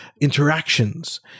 interactions